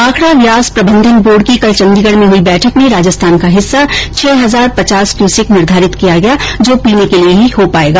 भाखड़ा ब्यास प्रबंधन बोर्ड की कल चंडीगढ में हुई बैठक में राजस्थान का हिस्सा छह हजार पचास क्यूसेक निर्धारित किया गया जो पीने के लिए ही हो पाएगा